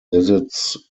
visits